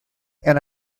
and